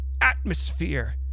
atmosphere